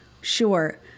sure